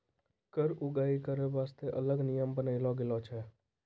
कर उगाही करै बासतें अलग नियम बनालो गेलौ छै